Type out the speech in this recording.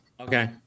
Okay